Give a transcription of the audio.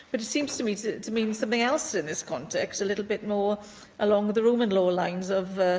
but it seems to me to to mean something else in this context, a little bit more along the roman law lines of,